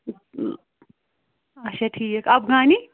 اچھا ٹھیٖک افغانی